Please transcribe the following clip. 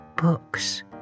Books